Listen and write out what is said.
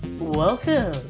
Welcome